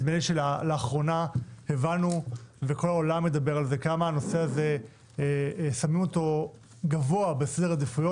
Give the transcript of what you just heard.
לאחרונה הבנו בעולם עד כמה שמים את הנושא הזה גבוה בסדר העדיפות.